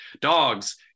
dogs